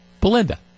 Belinda